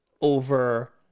over